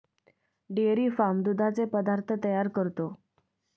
dairy farm दुधाचे पदार्थ तयार करतो